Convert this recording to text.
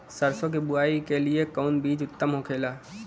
सरसो के बुआई के लिए कवन बिज उत्तम होखेला?